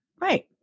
right